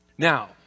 Now